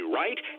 right